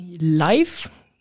life